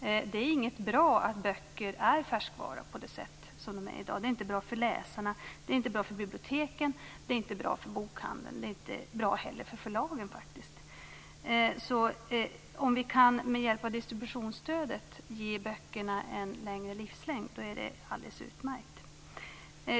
Det är inte bra att böcker är färskvaror på det sätt som de är i dag. Det är inte bra för läsarna. Det är inte bra för biblioteken. Det är inte bra för bokhandeln. Det är faktiskt inte heller bra för förlagen. Så om vi med hjälp av distributionsstödet kan ge böckerna en längre livslängd, är det alldeles utmärkt.